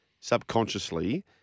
subconsciously